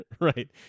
Right